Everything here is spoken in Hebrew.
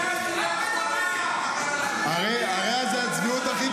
אתה צודק, ודווקא אלה שבאו --- עשו את ההפגנות.